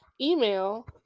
email